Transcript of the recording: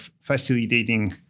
facilitating